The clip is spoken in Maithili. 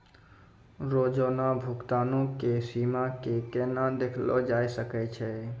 रोजाना भुगतानो के सीमा के केना देखलो जाय सकै छै?